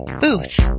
BOOTH